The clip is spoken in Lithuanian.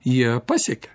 jie pasiekia